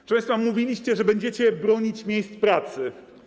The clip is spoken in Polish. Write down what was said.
Proszę państwa, mówiliście, że będziecie bronić miejsc pracy.